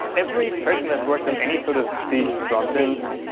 every person that's worked on any sort of big frontend,